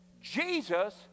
Jesus